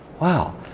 Wow